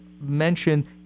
mentioned